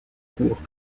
cours